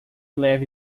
leve